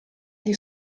gli